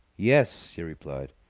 yes, she replied.